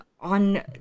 on